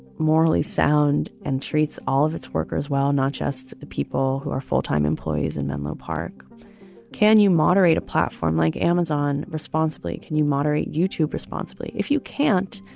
morally sound and treats all of its workers? well, not just the people who are full time employees in menlo park can you moderate a platform like amazon responsibly? can you moderate youtube responsibly if you can't?